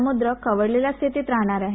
सम्द्र खवळलेल्या स्थितीत राहणार आहे